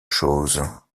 chose